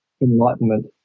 enlightenment